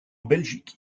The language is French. belgique